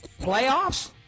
Playoffs